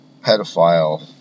pedophile